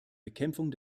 bekämpfung